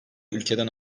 ülkeden